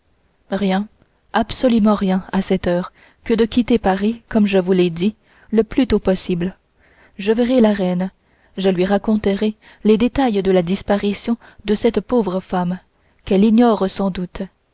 rien absolument rien à cette heure que quitter paris comme je vous l'ai dit le plus tôt possible je verrai la reine je lui raconterai les détails de la disparition de cette pauvre femme qu'elle ignore sans doute